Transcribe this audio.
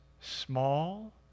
small